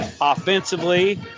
Offensively